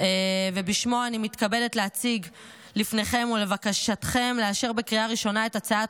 ובשמו אני מתכבדת להציג לפניכם ולבקשכם לאשר בקריאה ראשונה את הצעת